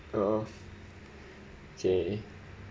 oh okay